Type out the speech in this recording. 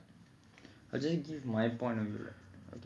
okay I give my point of view